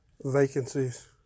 Vacancies